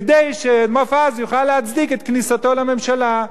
כדי שמופז יוכל להצדיק את כניסתו לממשלה.